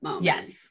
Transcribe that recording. Yes